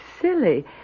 silly